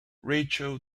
rachel